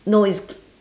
no is